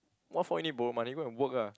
what for you need borrow money go and work ah